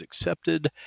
accepted